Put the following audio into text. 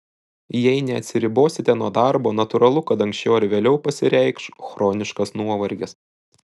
jei neatsiribosite nuo darbo natūralu kad anksčiau ar vėliau pasireikš chroniškas nuovargis